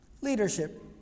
leadership